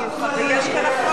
הם עשו סולחה, ויש כאן אחריות.